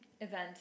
event